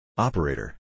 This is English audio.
Operator